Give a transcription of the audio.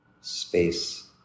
space